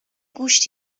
گوش